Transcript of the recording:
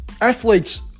athletes